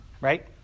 right